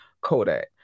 Kodak